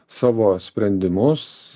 savo sprendimus